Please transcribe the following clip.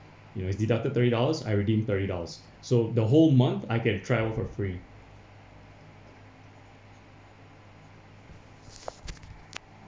you know if deduct thirty dollars I redeem thirty dollars so the whole month I can travel for free